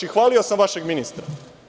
I hvalio sam vašeg ministra.